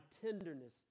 tenderness